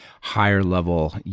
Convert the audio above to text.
higher-level